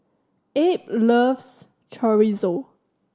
Abe loves Chorizo